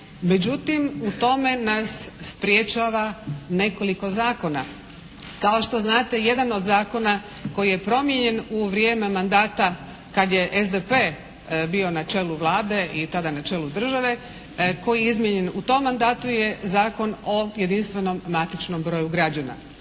Međutim, u tome nas sprječava nekoliko zakona. Kao što znate jedan od Zakona koji je promijenjen u vrijeme mandata kada je SDP bio na čelu Vlade i tada na čelu države, koji je izmijenjen u tom mandatu je Zakon o jedinstvenom matičnom broju građana.